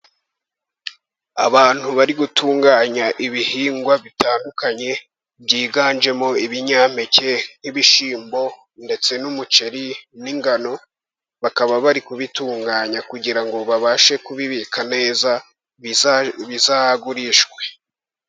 Abantu bari gutunganya ibihingwa bitandukanye byiganjemo ibinyampeke nk'ibishyimbo, ndetse n'umuceri n'ingano, bakaba bari kubitunganya kugira ngo babashe kubibika neza, bizagurishwe.